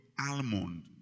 almond